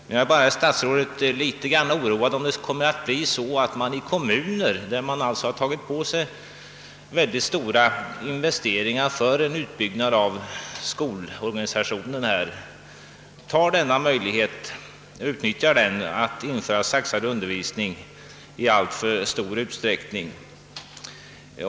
Men jag är, herr statsråd, litet orolig för att det kan bli så, att kommuner där man tagit på sig mycket stora investeringar för en utbyggnad av skolorganisationen utnyttjar denna möjlighet att införa saxad undervisning i alltför stor utsträckning.